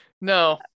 no